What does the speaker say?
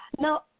Now